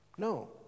No